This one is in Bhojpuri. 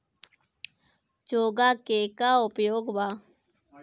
चोंगा के का उपयोग बा?